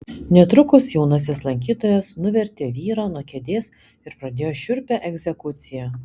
netrukus jaunasis lankytojas nuvertė vyrą nuo kėdės ir pradėjo šiurpią egzekuciją